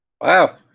Wow